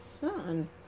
son